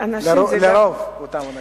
לרוב אותם אנשים.